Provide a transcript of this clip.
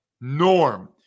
Norm